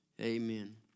Amen